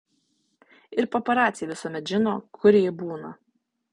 ir paparaciai visuomet žino kur ji būna